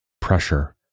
Pressure